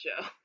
show